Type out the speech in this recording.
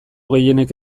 gehienek